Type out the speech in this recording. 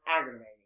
aggravating